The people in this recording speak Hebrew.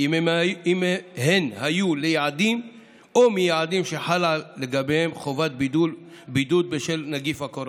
אם הן היו ליעדים או מיעדים שחלה לגביהם חובת בידוד בשל נגיף הקורונה.